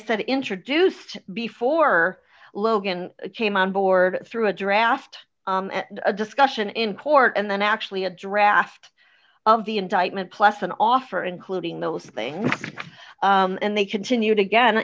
said introduced before or logan came on board through a draft a discussion in court and then actually a draft of the indictment plus an offer including those things and they continued again